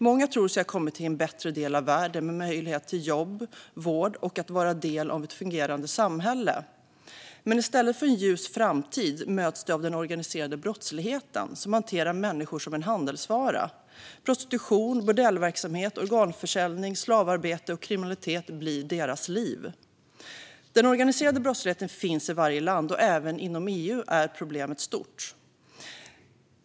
Många tror sig ha kommit till en bättre del av världen med möjlighet till jobb och vård och att vara en del av ett fungerande samhälle. Men i stället för en ljus framtid möts de av den organiserade brottsligheten, som hanterar människor som en handelsvara. Prostitution, bordellverksamhet, organförsäljning, slavarbete och kriminalitet blir deras liv. Den organiserade brottsligheten finns i varje land, och även inom EU är problemet stort.